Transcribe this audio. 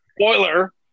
Spoiler